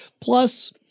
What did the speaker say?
Plus